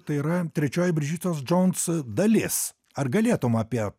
tai yra trečioji bridžitos džouns dalis ar galėtum apie